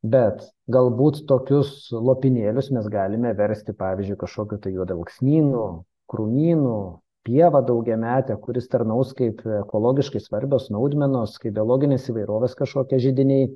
bet galbūt tokius lopinėlius mes galime versti pavyzdžiui kažkokiu tai juodalksnynu krūmynu pieva daugiamete kuris tarnaus kaip ekologiškai svarbios naudmenos kaip biologinės įvairovės kažkokie židiniai